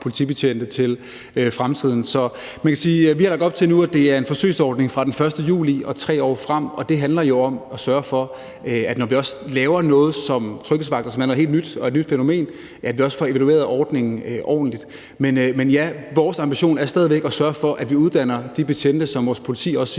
politibetjente til fremtiden. Så man kan sige, at vi nu har lagt op til, at det er en forsøgsordning fra den 1. juli og 3 år frem, og det handler jo om at sørge for, at vi, når vi laver noget som tryghedsvagter, som er noget helt nyt og et nyt fænomen, også får evalueret ordningen ordentligt. Men ja, vores ambition er stadig væk at sørge for, at vi uddanner de betjente, som vores politi også siger